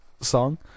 song